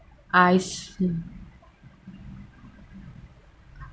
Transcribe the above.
I see